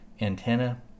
antenna